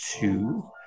two